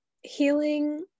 healing